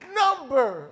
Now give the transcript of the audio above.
number